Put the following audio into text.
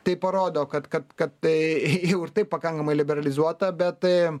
tai parodo kad kad kad ei i jau ir taip pakankamai liberalizuota bet tai